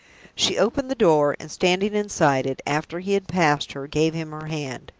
she opened the door, and, standing inside it, after he had passed her, gave him her hand.